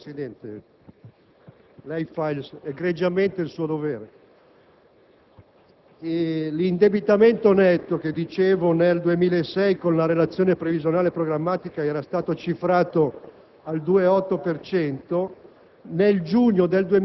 svolge egregiamente il suo dovere. L'indebitamento netto che nel 2006, con la relazione previsionale e programmatica, era stato cifrato